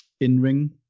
in-ring